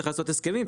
צריך לעשות הסכמים,